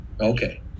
Okay